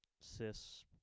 Cis